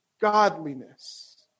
godliness